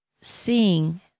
seeing